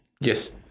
Yes